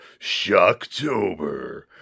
Shocktober